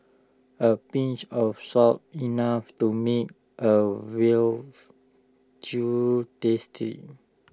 A pinch of salt enough to make A veal tasty